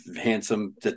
handsome